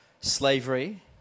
slavery